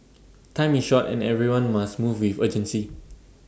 time is short and everyone must move with urgency